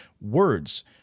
words